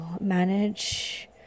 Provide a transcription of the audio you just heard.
manage